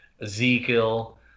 Ezekiel